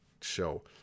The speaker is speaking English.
show